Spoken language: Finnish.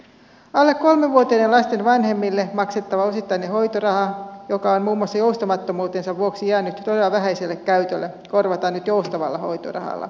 alle kolmevuotiaiden lasten vanhemmille maksettava osittainen hoitoraha joka on muun muassa joustamattomuutensa vuoksi jäänyt todella vähäiselle käytölle korvataan nyt joustavalla hoitorahalla